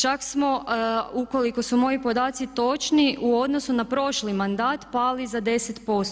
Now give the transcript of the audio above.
Čak smo ukoliko su moji podaci točni u odnosu na prošli mandat pali za 10%